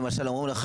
למשל,